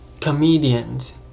comedians